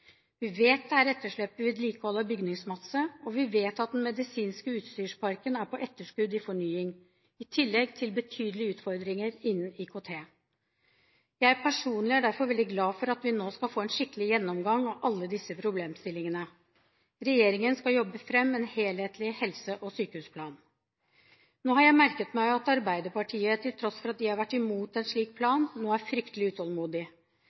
Vi vet at det er etterslep i vedlikehold av bygningsmasse, og vi vet at den medisinske utstyrsparken er på etterskudd i fornying i tillegg til betydelige utfordringer innenfor IKT. Jeg personlig er derfor veldig glad for at vi nå skal få en skikkelig gjennomgang av alle disse problemstillingene. Regjeringen skal jobbe fram en helhetlig helse- og sykehusplan. Nå har jeg merket meg at Arbeiderpartiet, til tross for at det har vært imot en slik plan, nå er fryktelig utålmodig.